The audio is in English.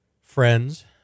friends